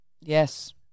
yes